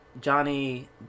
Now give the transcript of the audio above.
Johnny